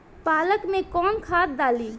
पालक में कौन खाद डाली?